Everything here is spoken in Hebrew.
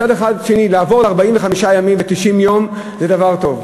מצד שני, לעבור ל-45 יום ו-90 יום זה דבר טוב,